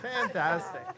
Fantastic